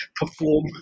perform